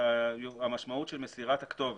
שהמשמעות של מסירת הכתובת,